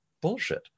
Bullshit